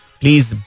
please